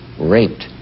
raped